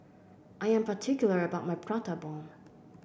I am particular about my Prata Bomb